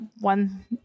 one